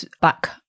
back